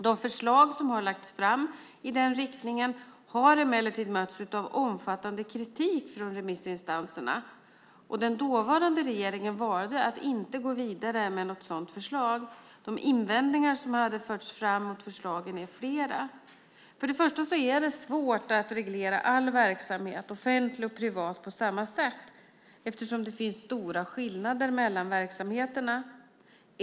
De förslag som har lagts fram i den riktningen har emellertid mötts av omfattande kritik från remissinstanserna. Den dåvarande regeringen valde att inte gå vidare med något sådant förslag. De invändningar som har förts fram mot förslagen är flera. För det första är det svårt att reglera all verksamhet - offentlig och privat - på samma sätt eftersom det finns så stora skillnader mellan verksamheterna.